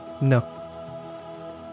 No